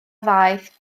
ddaeth